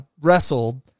wrestled